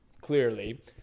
clearly